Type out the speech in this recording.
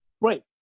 Right